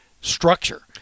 structure